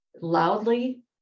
loudly